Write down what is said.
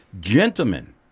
gentlemen